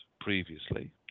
previously